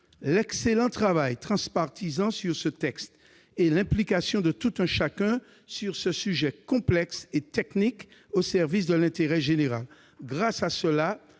l'excellent travail transpartisan sur ce texte, et l'implication de tout un chacun sur ce sujet complexe et technique, au service de l'intérêt général. Désormais,